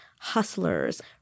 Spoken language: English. hustlers